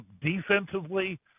Defensively